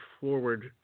forward